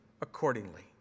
accordingly